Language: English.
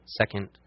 second